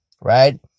right